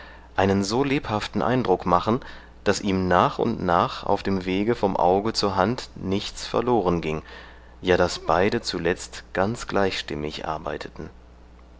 einen so lebhaften eindruck machen daß ihm nach und nach auf dem wege vom auge zur hand nichts verlorenging ja daß beide zuletzt ganz gleichstimmig arbeiteten